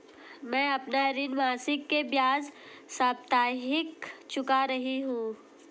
मैं अपना ऋण मासिक के बजाय साप्ताहिक चुका रही हूँ